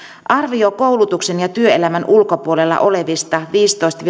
arvio koulutuksen ja työelämän ulkopuolella olevista viisitoista